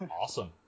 Awesome